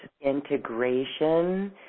integration